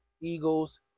Eagles